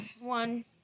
one